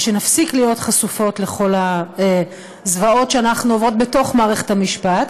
ושנפסיק להיות חשופות לכל הזוועות שאנחנו עוברות בתוך מערכת המשפט.